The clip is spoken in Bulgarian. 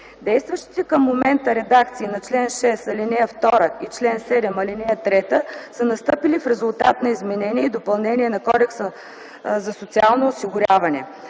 Действащите към момента редакции на чл. 6, ал. 2 и чл. 7, ал. 3 са настъпили в резултат на изменение и допълнение на Кодекса за социално осигуряване.